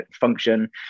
function